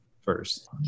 first